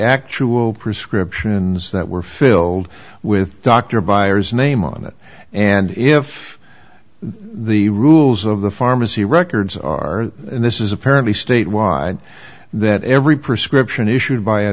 actual prescriptions that were filled with dr byers name on it and if the rules of the pharmacy records are and this is apparently state wide that every prescription issued by a